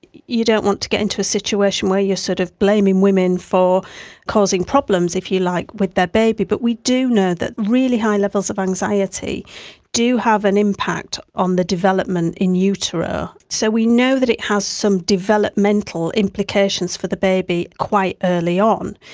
you don't want to get into a situation where you are sort of blaming women for causing problems, if you like, with their baby, but we do know that really high levels of anxiety do have an impact on the development in utero. so we know that it has some developmental implications for the baby quite early on.